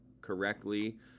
correctly